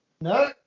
No